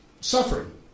suffering